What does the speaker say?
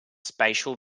spatial